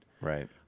Right